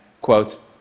quote